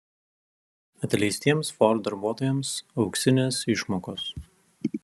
atleistiems ford darbuotojams auksinės išmokos